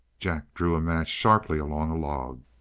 jack drew a match sharply along a log.